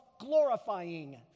glorifying